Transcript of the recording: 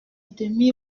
demi